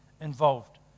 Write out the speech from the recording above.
involved